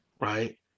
right